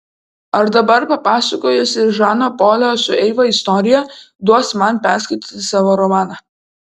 ar dabar papasakojusi žano polio su eiva istoriją duosi man perskaityti savo romaną